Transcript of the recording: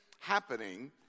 happening